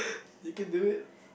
you can do it